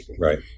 Right